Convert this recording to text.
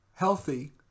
healthy